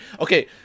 Okay